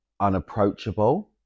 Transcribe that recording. unapproachable